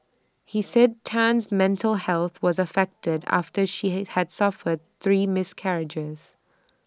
he said Tan's mental health was affected after she had suffered three miscarriages